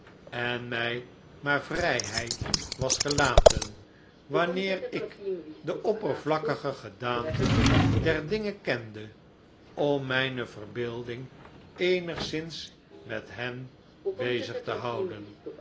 en mij maar vrijheid was gelaten wanneer ik de oppervlakkige gedaante der dingen kende om mijne verbeelding eenigszins met hen bezig te houden